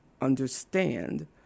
understand